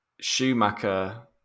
Schumacher